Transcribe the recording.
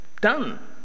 done